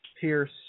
Pierce